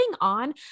on